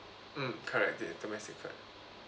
mm correct the domestic flight